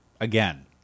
again